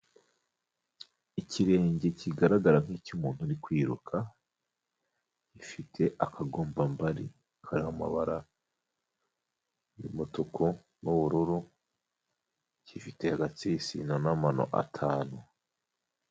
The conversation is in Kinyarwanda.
Ikirenge kigaragara nk'icy'umuntu uri kwiruka, gifite akagombambari kariho amabara y'umutuku n'ubururu, gifite agatsitsino n'amano atanu.